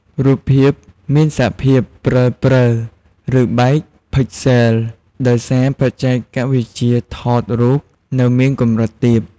រូបភាពមានសភាពព្រាលៗ ឬបែកផិចសេល ដោយសារបច្ចេកវិទ្យាថតរូបនៅមានកម្រិតទាប។